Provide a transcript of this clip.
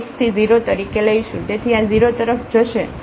તેથી આ 0 તરફ જશે અને આપણને ફક્ત 2 x મળશે